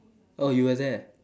oh you were there